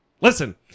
Listen